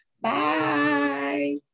Bye